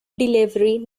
delivery